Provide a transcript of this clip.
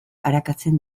arakatzen